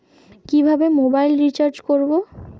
কিভাবে mobile recharge করব?